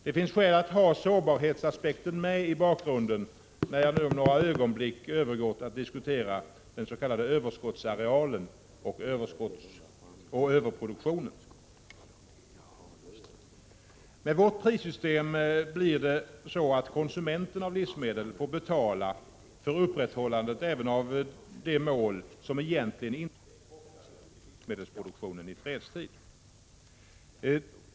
Det finns skäl att ha sårbarhetsaspekten med i bakgrunden när jag om några ögonblick övergår till att diskutera den s.k. överskottsarealen och överproduktionen. Med vårt prissystem blir det så, att konsumenten av livsmedel får betala för upprätthållandet även av de mål som egentligen inte är kopplade till livsmedelsproduktionen i fredstid.